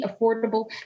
affordable